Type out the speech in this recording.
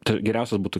t geriausias būtų